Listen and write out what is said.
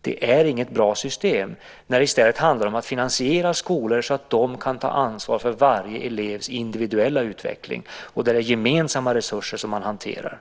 Det är inget bra system, när det i stället handlar om att finansiera skolor så att de kan ta ansvar för varje elevs individuella utveckling och där det är gemensamma resurser som man hanterar.